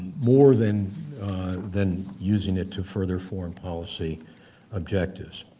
more than than using it to further foreign policy objectives.